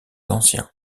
ancien